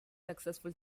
successful